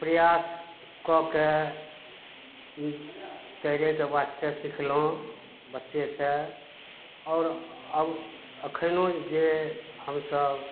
प्रयास कएके ई तैरयके वास्ते सिखलहुँ बच्चेसँ आओर अब एखनो जे हम सभ